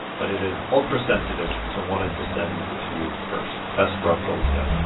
but it is ultra-sensitive, so wanted to send to you first. best, rob goldstone